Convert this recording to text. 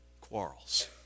quarrels